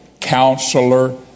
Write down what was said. Counselor